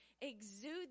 exude